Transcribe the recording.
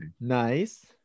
nice